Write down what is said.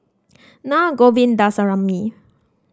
Na Govindasamy